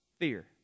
Fear